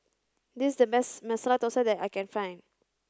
this is the best Masala Dosa that I can find